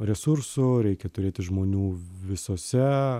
resursų reikia turėti žmonių visose